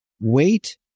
wait